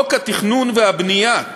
חוק התכנון והבנייה קובע,